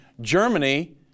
Germany